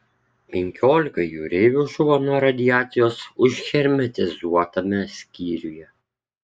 penkiolika jūreivių žuvo nuo radiacijos užhermetizuotame skyriuje